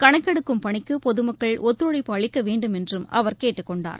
கணக்கெடுக்கும் பணிக்கு பொதுமக்கள் ஒத்துழைப்பு அளிக்க வேண்டுமென்றும் அவர் கேட்டுக் கொண்டார்